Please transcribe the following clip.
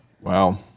Wow